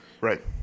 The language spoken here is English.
Right